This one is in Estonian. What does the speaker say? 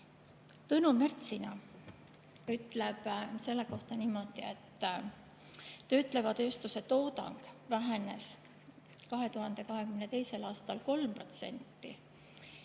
Tõnu Mertsina ütleb selle kohta niimoodi: töötleva tööstuse toodang vähenes 2022. aastal 3%,